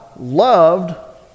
loved